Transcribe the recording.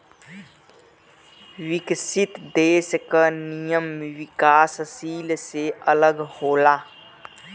विकसित देश क नियम विकासशील से अलग होला